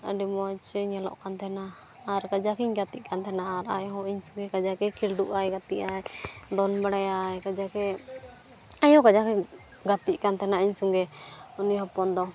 ᱟᱹᱰᱤ ᱢᱚᱡᱽ ᱮ ᱧᱮᱞᱚᱜ ᱠᱟᱱ ᱛᱟᱦᱮᱱᱟ ᱟᱨ ᱠᱟᱡᱟᱠ ᱤᱧ ᱜᱟᱛᱮᱜ ᱠᱟᱱ ᱛᱟᱦᱮᱱᱟ ᱟᱨ ᱟᱡ ᱦᱚᱸ ᱤᱧ ᱥᱚᱸᱜᱮ ᱠᱟᱡᱟᱠ ᱮ ᱠᱷᱮᱞᱰᱩᱜ ᱟᱭ ᱜᱟᱛᱮᱜ ᱟᱭ ᱫᱚᱱ ᱵᱟᱲᱟᱭᱟᱭ ᱠᱟᱡᱟᱠ ᱮ ᱟᱡ ᱦᱚᱸ ᱠᱟᱡᱟᱠ ᱮ ᱜᱟᱛᱮᱜ ᱠᱟᱱ ᱛᱟᱦᱮᱱᱟ ᱤᱧ ᱥᱚᱸᱜᱮ ᱩᱱᱤ ᱦᱚᱯᱚᱱ ᱫᱚ